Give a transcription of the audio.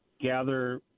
gather